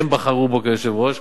הם בחרו בו כיושב-ראש.